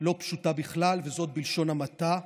לא פשוטה בכלל, וזאת בלשון המעטה,